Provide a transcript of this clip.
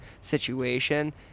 situation